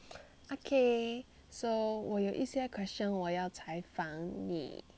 okay so 我有一些 question 我要采访你